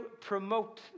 promote